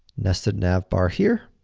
nested nav bar here.